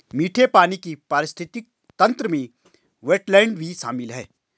मीठे पानी के पारिस्थितिक तंत्र में वेट्लैन्ड भी शामिल है